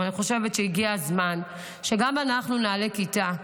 אבל אני חושבת שהגיע הזמן שגם אנחנו נעלה כיתה.